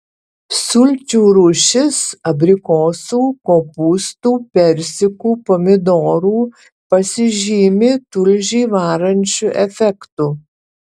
sulčių rūšis abrikosų kopūstų persikų pomidorų pasižymi tulžį varančiu efektu